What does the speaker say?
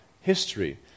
history